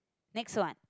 next one